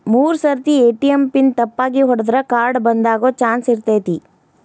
ಮೂರ್ ಸರ್ತಿ ATM pin ತಪ್ಪಾಗಿ ಹೊಡದ್ರ ಕಾರ್ಡ್ ಬಂದಾಗೊ ಚಾನ್ಸ್ ಇರ್ತೈತಿ